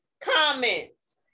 comments